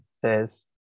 says